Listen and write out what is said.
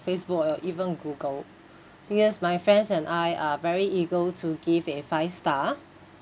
facebook or even google because my friends and I are very eager to give a five star